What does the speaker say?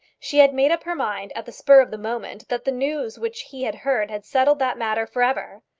she had made up her mind, at the spur of the moment, that the news which he had heard had settled that matter for ever.